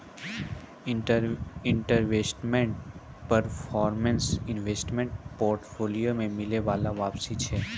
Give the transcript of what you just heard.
investment performance investment portfolio पे मिलै बाला वापसी छै